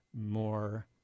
more